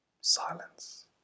Silence